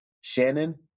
Shannon